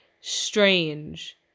strange